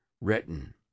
written